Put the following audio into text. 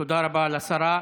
תודה רבה לשרה.